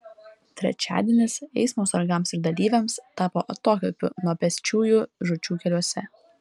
trečiadienis eismo sargams ir dalyviams tapo atokvėpiu nuo pėsčiųjų žūčių keliuose